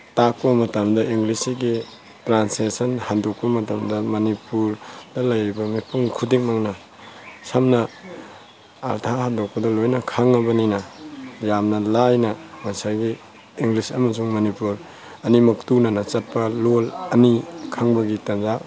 ꯇꯥꯛꯄ ꯃꯇꯝꯗ ꯏꯪꯂꯤꯁꯁꯤꯒꯤ ꯇ꯭ꯔꯥꯟꯁꯁꯦꯁꯟ ꯍꯟꯗꯣꯛꯄ ꯃꯇꯝꯗ ꯃꯅꯤꯄꯨꯔꯗ ꯂꯩꯔꯤꯕ ꯃꯤꯄꯨꯝ ꯈꯨꯗꯤꯡꯃꯛꯅ ꯁꯝꯅ ꯑꯥꯔꯊ ꯍꯟꯗꯣꯛꯄꯗ ꯂꯣꯏꯅ ꯈꯪꯉꯕꯅꯤꯅ ꯌꯥꯝꯅ ꯂꯥꯏꯅ ꯉꯁꯥꯏꯒꯤ ꯏꯪꯂꯤꯁ ꯑꯃꯁꯨꯡ ꯃꯅꯤꯄꯨꯔ ꯑꯅꯤꯃꯛ ꯇꯨꯅꯅ ꯆꯠꯄ ꯂꯣꯟ ꯑꯅꯤ ꯈꯪꯕꯒꯤ ꯇꯥꯟꯖꯥ